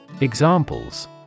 Examples